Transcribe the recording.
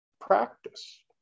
practice